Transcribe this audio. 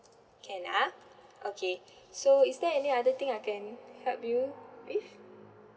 can ah okay so is there any other thing I can help you with